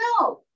No